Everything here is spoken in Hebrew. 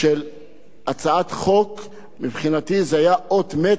זה היה אות מתה בספר החוקים של מדינת ישראל.